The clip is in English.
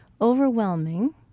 overwhelming